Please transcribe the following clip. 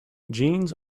jeans